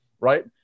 right